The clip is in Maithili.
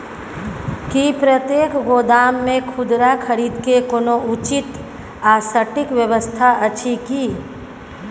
की प्रतेक गोदाम मे खुदरा खरीद के कोनो उचित आ सटिक व्यवस्था अछि की?